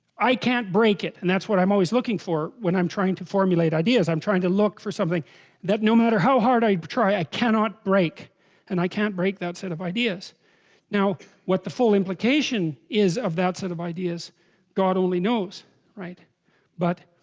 i can't break it and that's what i'm always looking for when i'm trying to formulate ideas i'm trying to look something that no matter how hard i try i cannot break and i can't break that set of ideas now what the full implication is of that set of ideas god only knows right but